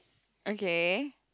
okay